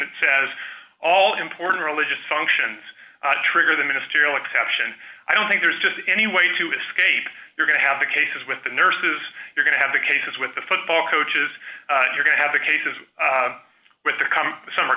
that says all important religious functions trigger the ministerial exception i don't think there's just any way to escape you're going to have the cases with the nurses you're going to have the cases with the football coaches you're going to have the cases with the come summer